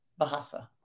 Bahasa